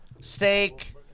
steak